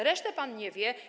Reszty pan nie wie.